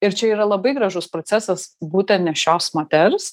ir čia yra labai gražus procesas būtent nėščios moters